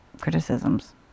criticisms